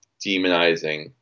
demonizing